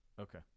okay